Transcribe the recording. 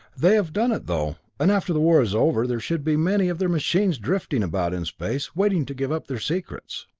they have done it, though and after the war is over, there should be many of their machines drifting about in space waiting to give up their secrets.